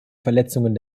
verletzungen